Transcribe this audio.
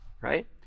right